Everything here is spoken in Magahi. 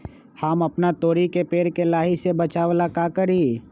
हम अपना तोरी के पेड़ के लाही से बचाव ला का करी?